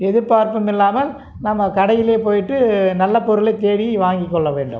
எதிர்ப்பார்ப்பும் இல்லாமல் நம்ம கடையில் போய்ட்டு நல்ல பொருளை தேடி வாங்கிக் கொள்ள வேண்டும்